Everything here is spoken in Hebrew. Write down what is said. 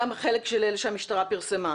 גם החלק שהמשטרה פרסמה.